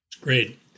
Great